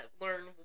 Learn